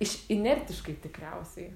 iš inertiškai tikriausiai